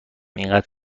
انقدر